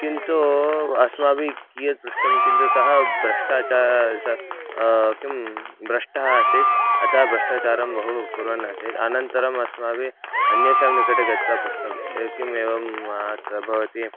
किन्तु अस्माभिः कियत् पृष्टं किन्तु सः ब्रष्टाचारः किं ब्रष्टः आसीत् अतः ब्रष्टाचारं बहु कुर्वन् आसीत् अनन्तरम् अस्माभिः अन्येषां निकटे गत्वा पृष्टं एषः किम् एवं भवति